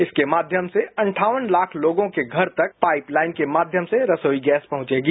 इसके माध्यम से अंठावन लाख लोगों के घर तक पाइप लाइन के माध्यम से रसोई गैस पहुंचेगी